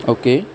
okay